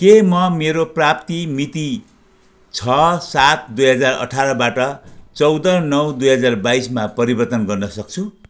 के म मेरो प्राप्ति मिति छ सात दुई हजार अठारबाट चौध नौ दुई हजार बाइसमा परिवर्तन गर्न सक्छु